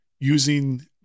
using